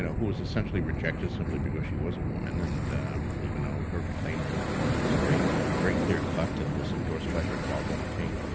and who was essentially rejected simply because she was a woman. and even though her claim to the throne was very very clear cut and was endorsed by her father, the king,